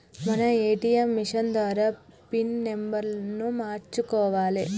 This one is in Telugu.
మనం ఏ.టీ.యం మిషన్ ద్వారా పిన్ నెంబర్ను మార్చుకోవాలే